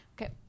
Okay